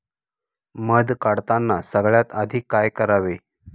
मध काढताना सगळ्यात आधी काय करावे?